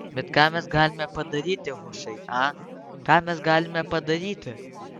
bet ką mes galime padaryti hušai a ką mes galime padaryti